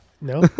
No